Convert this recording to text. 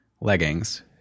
leggings